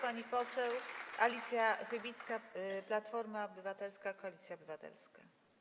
Pani poseł Alicja Chybicka, Platforma Obywatelska - Koalicja Obywatelska.